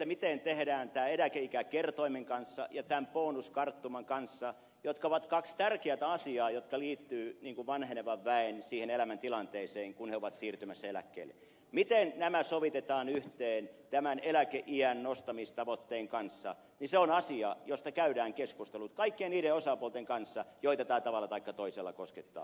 mitä tehdään eläkeikäkertoimen kanssa ja tämän bonuskarttuman kanssa jotka ovat kaksi tärkeätä asiaa jotka liittyvät siihen vanhenevan väen elämäntilanteeseen kun ollaan siirtymässä eläkkeelle miten nämä sovitetaan yhteen tämän eläkeiän nostamistavoitteen kanssa se on asia josta käydään keskustelut kaikkien niiden osapuolten kanssa joita tämä tavalla taikka toisella koskettaa